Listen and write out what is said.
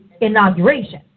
inauguration